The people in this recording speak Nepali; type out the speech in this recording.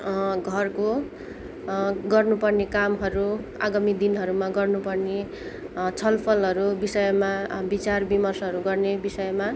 घरको गर्नु पर्ने कामहरू आगमी दिनहरूमा गर्नुपर्ने छलफलहरू विषयमा विचार विमर्शहरू गर्ने विषयमा